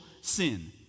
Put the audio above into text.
sin